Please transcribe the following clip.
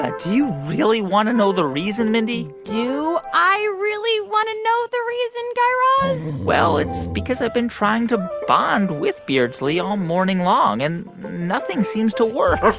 ah do you really want to know the reason, mindy? do i really want to know the reason, guy raz? well, it's because i've been trying to bond with beardsley all morning long, and nothing seems to work